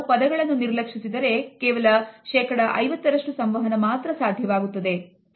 ನಾವು ಪದಗಳನ್ನು ನಿರ್ಲಕ್ಷಿಸಿದರೆ ಕೇವಲ ಶೇಕಡಾ 50ರಷ್ಟು ಸಂವಹನ ಮಾತ್ರ ಸಾಧ್ಯವಾಗುತ್ತದೆ